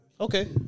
Okay